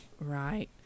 Right